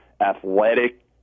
athletic